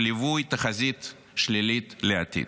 בליווי תחזית שלילית לעתיד.